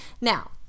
Now